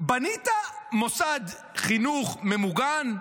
בנית מוסד חינוך ממוגן,